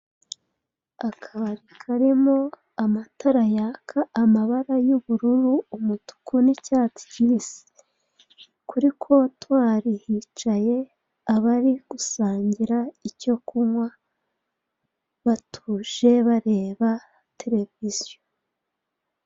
Akabari karimo amatara yaka amabara y'ubururu, umutuku n'icyatsi kibisi. Kuri kontwari hicaye abari gusangira icyo kunywa batuje bareba televiziyo.